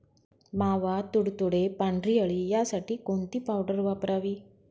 मावा, तुडतुडे, पांढरी अळी यासाठी कोणती पावडर वापरावी?